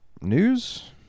news